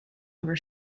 over